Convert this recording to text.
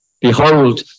Behold